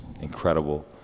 incredible